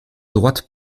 droite